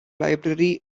library